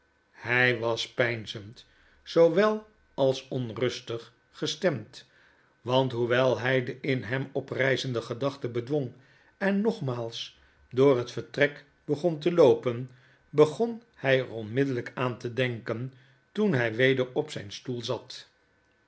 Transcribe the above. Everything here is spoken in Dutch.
hij was peinzend zoowel als onrustig gestemd want hoewel hij de in hem opryzende gedachte bedwong en nogmaals door het vertrek begon te loopen begon hy er onmiddellyk aan te denken toen hy weder op zyn stoel zat